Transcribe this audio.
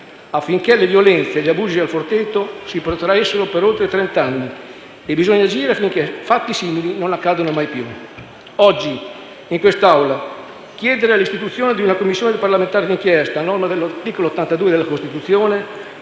affinché le violenze e gli abusi a «Il Forteto» si protraessero per oltre trent'anni, e bisogna agire affinché fatti simili non accadano mai più. Oggi, in quest'Assemblea, chiedere l'istituzione di una Commissione parlamentare di inchiesta, a norma dell'articolo 82 della Costituzione,